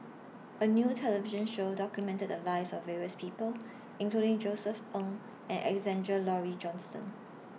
A New television Show documented The Lives of various People including Josef Ng and Alexander Laurie Johnston